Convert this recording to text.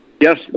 Yes